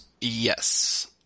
yes